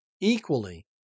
Equally